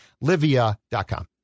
Livia.com